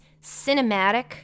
cinematic